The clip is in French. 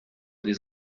des